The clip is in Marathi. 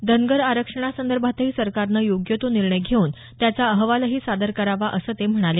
धनगर आरक्षणासंदर्भातही सरकारनं योग्य तो निर्णय घेऊन त्याचा अहवालही सादर करावा असं ते म्हणाले